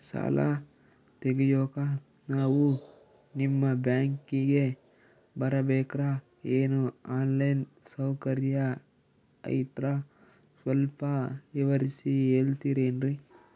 ಸಾಲ ತೆಗಿಯೋಕಾ ನಾವು ನಿಮ್ಮ ಬ್ಯಾಂಕಿಗೆ ಬರಬೇಕ್ರ ಏನು ಆನ್ ಲೈನ್ ಸೌಕರ್ಯ ಐತ್ರ ಸ್ವಲ್ಪ ವಿವರಿಸಿ ಹೇಳ್ತಿರೆನ್ರಿ?